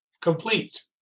Complete